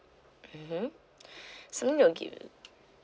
mmhmm soon you'll gi~